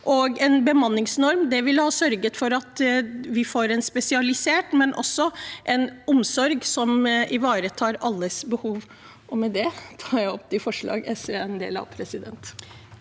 En bemanningsnorm ville ha sørget for at vi fikk en spesialisert omsorg, men også en omsorg som ivaretar alles behov. Med det tar jeg opp de forslag SV er en del av. Presidenten